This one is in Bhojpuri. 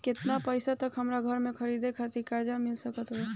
केतना पईसा तक हमरा घर खरीदे खातिर कर्जा मिल सकत बा?